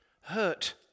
Hurt